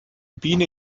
biene